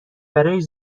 برای